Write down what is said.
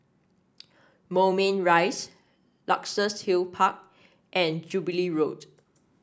Moulmein Rise Luxus Hill Park and Jubilee Road